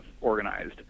organized